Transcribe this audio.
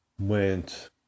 went